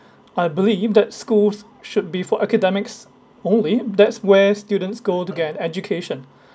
I believe that schools should be for academics only that's where students go to get education